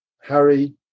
Harry